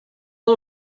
per